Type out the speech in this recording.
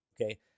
Okay